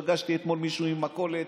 פגשתי אתמול מישהו עם מכולת,